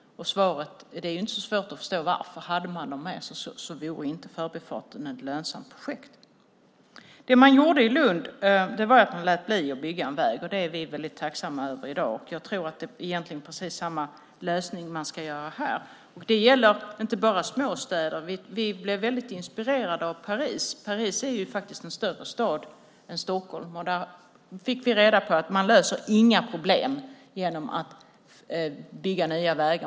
Det är inte så svårt att förstå varför. Hade man dem med vore inte förbifarten ett lönsamt projekt. I Lund lät man bli att bygga en väg. Det är vi väldigt tacksamma för i dag. Jag tror att det är precis samma lösning man ska ha här. Det gäller inte bara småstäder. Vi blev väldigt inspirerade av Paris. Paris är faktiskt en större stad än Stockholm. Där fick vi reda på att man löser inga problem genom att bygga nya vägar.